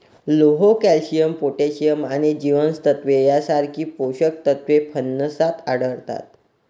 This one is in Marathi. लोह, कॅल्शियम, पोटॅशियम आणि जीवनसत्त्वे यांसारखी पोषक तत्वे फणसात आढळतात